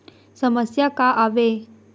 समस्या का आवे?